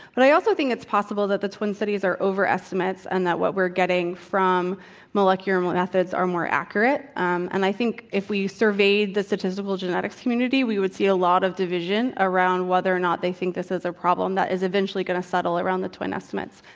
but i also think it's possible that the twin studies are over-estimates, and that what we're getting from molecular and methods are more accurate. um and i think, if we surveyed the statistical genetics community, we would see a lot of division around whether or not they think this is a problem that is eventually going to settle around the twin estimates.